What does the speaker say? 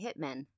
hitmen